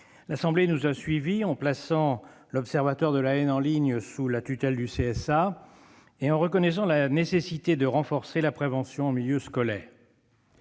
Elle nous a suivis en plaçant l'observatoire de la haine en ligne sous la tutelle du CSA et en reconnaissant la nécessité de renforcer la prévention en milieu scolaire.